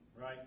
Right